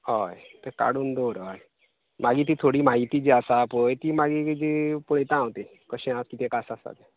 हय ते काडून दवर होय मागीर ती थोडी म्हायती जी आसा पळय ती मागीर ती पळयता हांव मागीर कशें आसा किदें का आसा तें